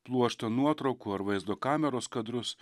pluoštą nuotraukų ar vaizdo kameros kadrus